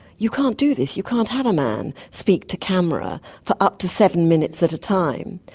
you can't do this, you can't have a man speak to camera for up to seven minutes at a time.